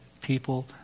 people